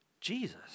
Jesus